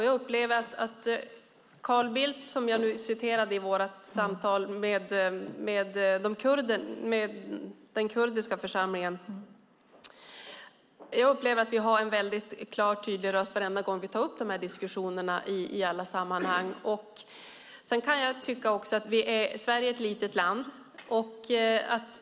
Jag upplever att Carl Bildt, som jag citerade i vårt samtal med den kurdiska församlingen, gör det. Jag upplever att vi har en väldigt klar och tydlig röst varenda gång vi tar upp de här diskussionerna i alla sammanhang. Sverige är ett litet land.